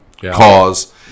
cause –